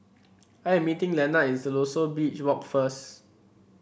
I am meeting Lenard in Siloso Beach Walk first